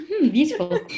Beautiful